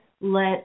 let